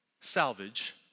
salvage